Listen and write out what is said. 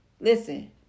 listen